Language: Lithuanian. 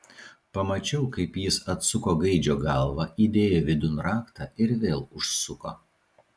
pamačiau kaip jis atsuko gaidžio galvą įdėjo vidun raktą ir vėl užsuko